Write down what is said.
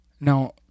now